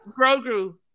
Grogu